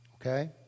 Okay